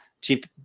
cheap